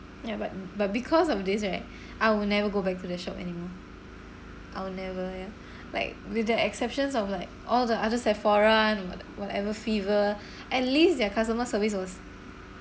ya but but because of this right I will never go back to the shop anymore I'll never ya like with the exceptions of like all the others Sephora and wha~ what whatever fever at least their customer service was